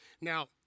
Now